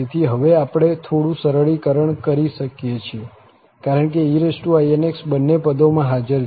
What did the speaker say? તેથી હવે આપણે થોડું સરળીકરણ કરી શકીએ છીએ કારણ કે einx બંને પદોમાં હાજર છે